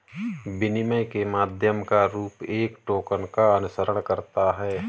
विनिमय के माध्यम का रूप एक टोकन का अनुसरण करता है